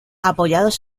apoyados